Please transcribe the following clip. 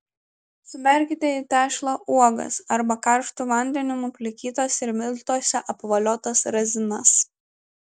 suberkite į tešlą uogas arba karštu vandeniu nuplikytas ir miltuose apvoliotas razinas